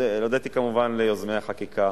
הודיתי כמובן ליוזמי החקיקה,